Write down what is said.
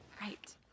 Right